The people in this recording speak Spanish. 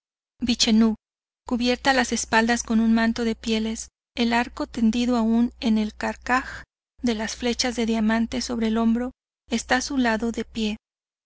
vida vichenú cubiertas las espaldas con un manto de pieles el arco tendido aun y el carcaj de las flechas de diamante sobre el hombro esta a su lado de pie